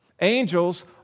Angels